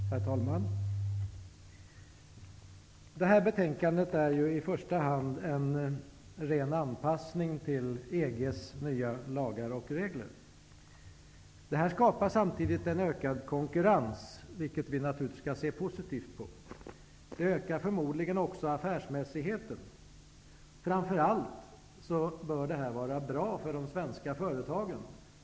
Herr talman! Det här betänkandet är i första hand en ren anpassning till EG:s nya lagar och regler. Det skapar samtidigt en ökad konkurrens, vilket vi naturligtvis skall se positivt på. Det ökar förmodligen också affärsmässigheten. Det bör framför allt vara bra för de svenska företagen.